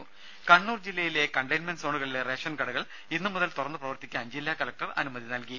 രുമ കണ്ണൂർ ജില്ലയിലെ കണ്ടെയിൻമെന്റ് സോണുകളിലെ റേഷൻ കടകൾ ഇന്നു മുതൽ തുറന്നു പ്രവർത്തിക്കാൻ ജില്ലാ കലക്ടർ അനുമതി നൽകി